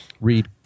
read